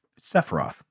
sephiroth